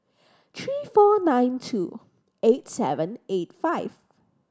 three four nine two eight seven eight five